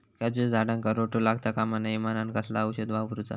काजूच्या झाडांका रोटो लागता कमा नये म्हनान कसला औषध वापरूचा?